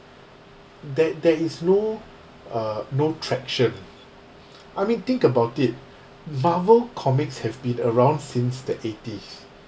there there is no uh no traction I mean think about it marvel comics have been around since the eighties